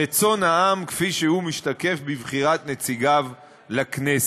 רצון העם כפי שהוא משתקף בבחירת נציגיו לכנסת.